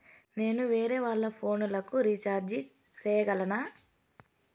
నేను వేరేవాళ్ల ఫోను లకు రీచార్జి సేయగలనా?